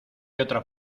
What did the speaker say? otra